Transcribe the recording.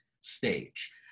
stage